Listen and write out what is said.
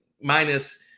minus